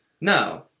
No